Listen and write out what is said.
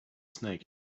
snake